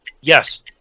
Yes